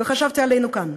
וחשבתי עלינו כאן.